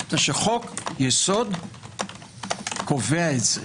כי חוק יסוד קובע את זה.